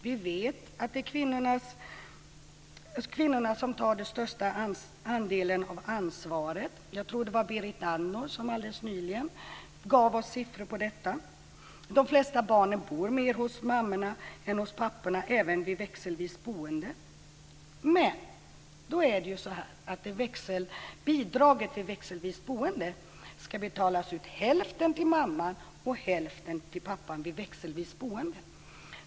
Vi vet att det är kvinnorna som tar den största delen av ansvaret. Jag tror att det var Berit Andnor som alldeles nyligen gav oss siffror på detta. De flesta barnen bor mer hos mammorna än hos papporna även vid växelvis boende. Men bidraget vid växelvis boende ska betalas ut hälften till mamman och hälften till pappan.